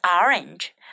orange